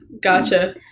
Gotcha